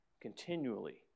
continually